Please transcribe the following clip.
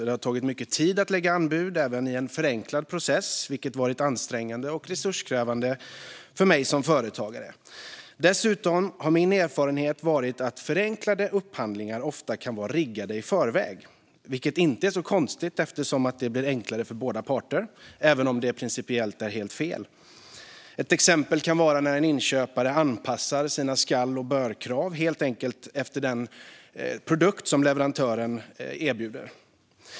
Det har tagit mycket tid att lägga anbud, även i en förenklad process, vilket varit ansträngande och resurskrävande för mig som företagare. Dessutom har min erfarenhet varit att förenklade upphandlingar ofta kan vara riggade i förväg, vilket inte är så konstigt eftersom det blir enklare för båda parter även om det principiellt är helt fel. Ett exempel kan vara att en inköpare helt anpassar sina ska och bör-krav till den produkt som leverantören erbjuder.